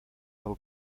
del